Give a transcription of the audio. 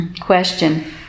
Question